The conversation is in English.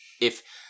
if-